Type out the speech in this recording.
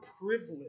privilege